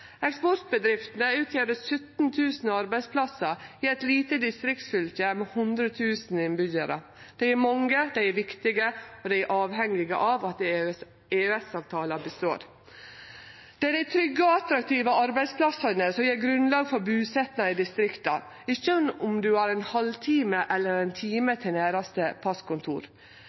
Eksportbedriftene utgjer 17 000 arbeidsplassar i eit lite distriktsfylke med 100 000 innbyggjarar. Dei er mange, dei er viktige, og dei er avhengige av at EØS-avtala består. Det er dei trygge og attraktive arbeidsplassane som gjev grunnlag for busetnad i distrikta – ikkje om ein har ein halvtime eller ein time til næraste passkontor.